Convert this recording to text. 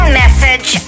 message